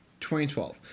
2012